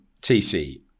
TC